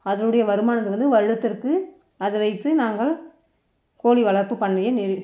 அதனுடைய வருமானம் வந்து வருடத்திற்கு அது வைத்து நாங்கள் கோழி வளர்ப்பு பண்ணையை